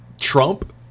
Trump